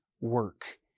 work